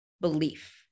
belief